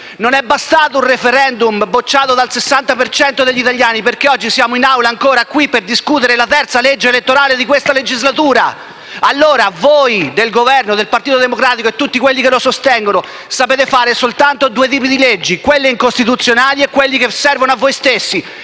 Non è bastato un *referendum* bocciato dal 60 per cento degli italiani perché oggi siamo in Assemblea per discutere la terza legge elettorale di questa legislatura. Voi del Governo, del Partito Democratico e tutti quelli che lo sostengono sapete fare solo due tipi di leggi: quelle incostituzionali e quelle che servono a voi stessi